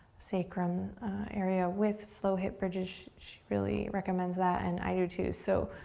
sacrum area with slow hip bridges. she really recommends that and i do too. so,